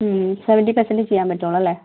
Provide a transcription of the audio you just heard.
ഉം സെവൻറി പെർസെൻറ്റേജേ ചെയ്യാൻ പറ്റുള്ളൂ അല്ലേ